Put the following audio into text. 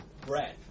bread